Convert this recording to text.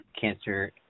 cancer